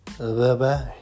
bye-bye